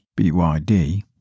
BYD